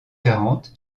quarante